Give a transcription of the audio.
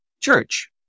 church